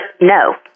No